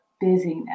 busyness